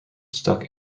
stuck